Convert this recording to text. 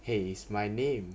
!hey! it's my name